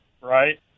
Right